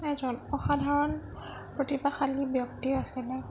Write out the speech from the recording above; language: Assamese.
এজন অসাধাৰণ প্ৰতিভাশালী ব্যক্তি আছিলে